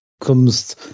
comes